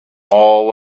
all